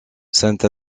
sainte